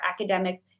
academics